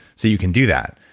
so you can do that.